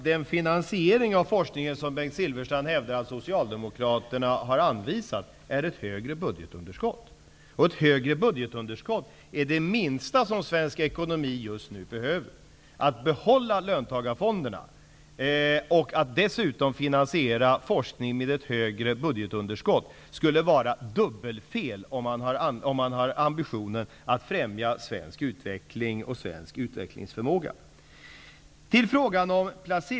Den finansiering av forskningen som Bengt Silfverstrand hävdar att Socialdemokraterna har anvisat innebär ett större budgetunderskott. Men ett större budgetunderskott är något som svensk ekonomi just nu minst av allt behöver. Att behålla löntagarfonderna och att dessutom finansiera forskning med ett större budgetunderskott skulle vara dubbelfel, om ambitionen finns att främja svensk utveckling och svensk utvecklingsförmåga.